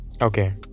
Okay